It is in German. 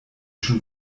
schon